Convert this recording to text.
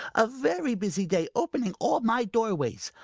a very busy day, opening all my doorways.